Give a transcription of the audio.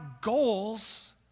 goals